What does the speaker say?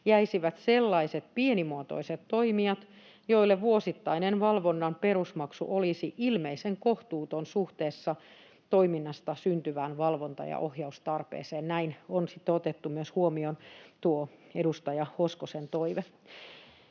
jäisivät sellaiset pienimuotoiset toimijat, joille vuosittainen valvonnan perusmaksu olisi ilmeisen kohtuuton suhteessa toiminnasta syntyvään valvonta- ja ohjaustarpeeseen — näin on sitten otettu huomioon myös tuo Edustaja Hoskosen toive.